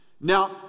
Now